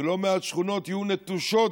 ולא מעט שכונות יהיו נטושות,